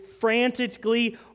frantically